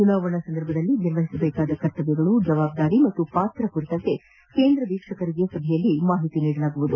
ಚುನಾವಣಾ ಸಂದರ್ಭದಲ್ಲಿ ನಿರ್ವಹಿಸಬೇಕಾದ ಕರ್ತವ್ಯಗಳು ಜವಾಬ್ದಾರಿ ಹಾಗೂ ಪಾತ್ರ ಕುರಿತಂತೆ ಕೇಂದ್ರ ವೀಕ್ಷಕರುಗಳಿಗೆ ಈ ಸಭೆಯಲ್ಲಿ ಮಾಹಿತಿ ನೀಡಲಾಗುತ್ತದೆ